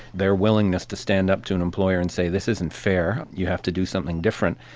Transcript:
their willingness to stand up to an employer and say this isn't fair, you have to do something different,